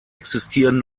existieren